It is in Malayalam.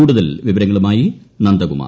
കൂടുതൽ വിവരങ്ങളുമായി നന്ദകുമാർ